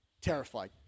Terrified